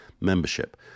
membership